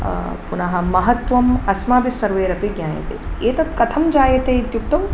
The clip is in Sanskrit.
पुनः महत्वम् अस्माभिस्सर्वैरपि ज्ञायते एतत्कथं जायते इत्युक्तौ